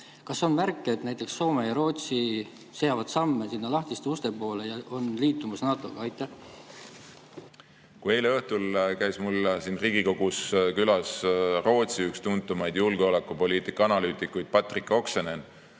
Kas on märke, et näiteks Soome ja Rootsi seavad samme sinna lahtiste uste poole ja on liitumas NATO-ga? Eile õhtul käis mul siin Riigikogus külas üks Rootsi tuntuimaid julgeolekupoliitika analüütikuid Patrik Oksanen.